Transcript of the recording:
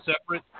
separate